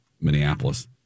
Minneapolis